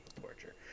torture